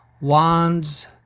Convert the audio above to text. Wands